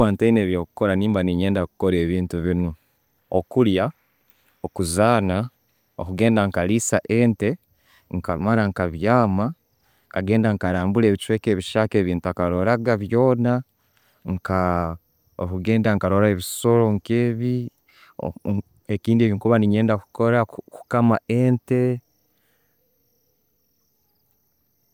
Bwemba ntaine ebyo'kukora, nemba nenyenda kukora ebintu binu, okulya, kuzaana, kugenda nkaliisa ente, nkamara nkabyama, nkagenda nkarambura ebichweka ebiyaka byentakaroraga byona, nka okugenda nkarora ebisoro nkebyo. Ekindi wenkuba nenyenda kukora kukaama ente.